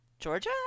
georgia